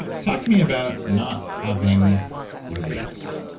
talk to me about not having your legs,